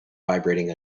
vibrating